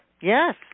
yes